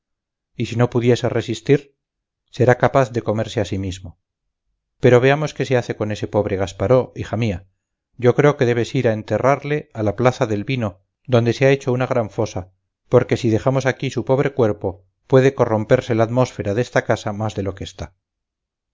y si no pudiese resistir será capaz de comerse a sí mismo pero veamos qué se hace con ese pobre gasparó hija mía yo creo que debes ir a enterrarle a la plaza del vino donde se ha hecho una gran fosa porque si dejamos aquí su pobre cuerpo puede corromperse la atmósfera de esta casa más de lo que está